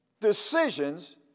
decisions